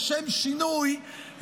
לשם שינוי,